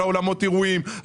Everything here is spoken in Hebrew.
על אולמות אירועים,